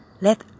let